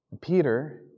Peter